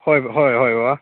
ꯍꯣꯏ ꯍꯣꯏ ꯍꯣꯏ ꯕꯕꯥ